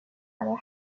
mother